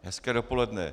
Hezké dopoledne.